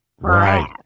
Right